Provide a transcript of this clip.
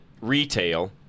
retail